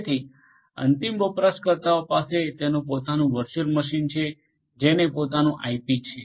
તેથી અંતિમ વપરાશકર્તા પાસે તેનું પોતાનું વર્ચુઅલ મશીન છે જેને પોતાનુ આઇપી છે